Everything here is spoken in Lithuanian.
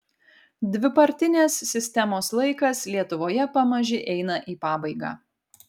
dvipartinės sistemos laikas lietuvoje pamaži eina į pabaigą